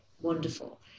wonderful